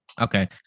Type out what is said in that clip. Okay